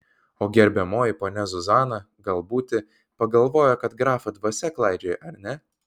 o gerbiamoji ponia zuzana gal būti pagalvojo kad grafo dvasia klaidžioja ar ne